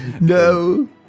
No